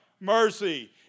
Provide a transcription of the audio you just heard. Mercy